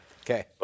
Okay